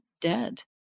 dead